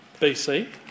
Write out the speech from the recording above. BC